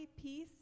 peace